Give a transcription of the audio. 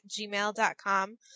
gmail.com